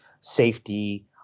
safety